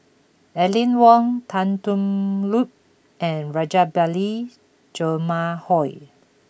Aline Wong Tan Thoon Lip and Rajabali Jumabhoy